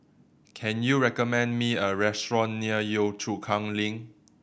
can you recommend me a restaurant near Yio Chu Kang Link